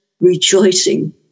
rejoicing